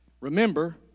Remember